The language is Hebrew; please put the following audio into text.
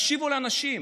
תקשיבו לאנשים.